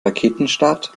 raketenstart